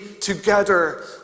together